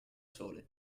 sole